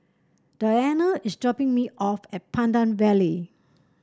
Diana is dropping me off at Pandan Valley